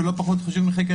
ולא פחות חשוב מכך,